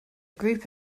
group